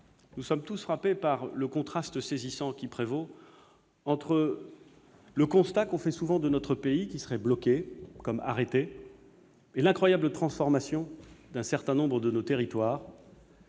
nous sommes tous frappés par le contraste saisissant qui existe entre le constat souvent dressé d'un pays qui serait bloqué, comme arrêté, et l'incroyable transformation d'un certain nombre de nos territoires